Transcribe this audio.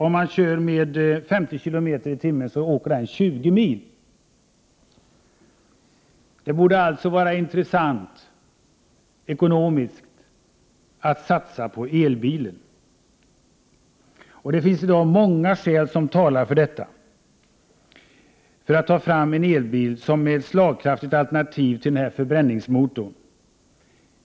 Om man kör med femtio kilometer i timmen kan man köra tjugo mil. Det borde således vara ekonomiskt intressant att satsa på elbilen. Det finns idag många skäl som talar för det och för att man skall ta fram en elbil som ett slagkraftigt alternativ till bilar med förbränningsmotor.